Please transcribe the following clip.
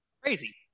Crazy